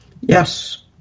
Yes